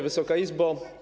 Wysoka Izbo!